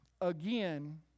again